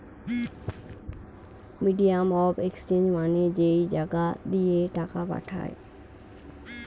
medium of exchange মানে যেই জাগা দিয়ে টাকা পাঠায়